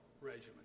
regimen